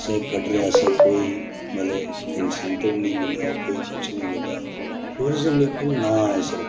असें कटरे आस्तै कोई मतलब इंसैंटिव नेईं मिलेआ कोई कुछ नेईं मिलेआ टूरिजम इक नांऽ ऐ सिर्फ